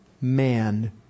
man